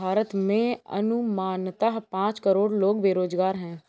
भारत में अनुमानतः पांच करोड़ लोग बेरोज़गार है